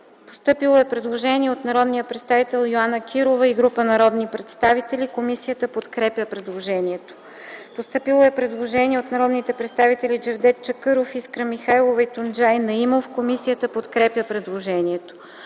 Постъпило е предложение от народния представител Йоана Кирова и група народни представители, което е оттеглено. Има предложение на народните представители Джевдет Чакъров, Искра Михайлова и Тунджай Наимов. Комисията подкрепя предложението.